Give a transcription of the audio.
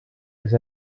les